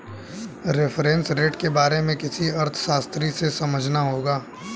reference rate के बारे में किसी अर्थशास्त्री से समझना होगा